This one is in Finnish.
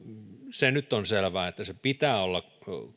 se nyt on selvää että sen pitää olla